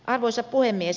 arvoisa puhemies